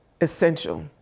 essential